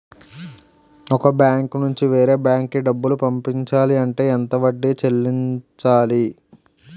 ఒక బ్యాంక్ నుంచి వేరే బ్యాంక్ కి డబ్బులు పంపించాలి అంటే ఎంత వడ్డీ చెల్లించాలి?